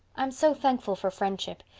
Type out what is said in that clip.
i'm so thankful for friendship.